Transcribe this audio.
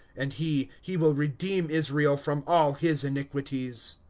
and he, he will redeem israel, from all his iniquities.